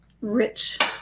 rich